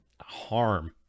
harm